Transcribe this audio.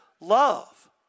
love